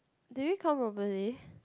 did you count properly